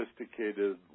sophisticated